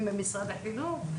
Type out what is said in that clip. עבורנו ועבור משרד החינוך,